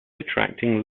attracting